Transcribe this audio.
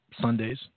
Sundays